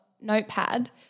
notepad –